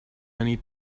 many